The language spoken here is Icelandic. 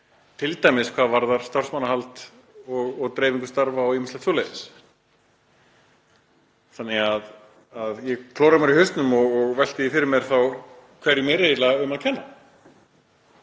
t.d. hvað varðar starfsmannahald og dreifingu starfa og ýmislegt svoleiðis. Þannig að ég klóra mér í hausnum og velti því fyrir mér hverjum er eiginlega um að kenna.